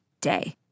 day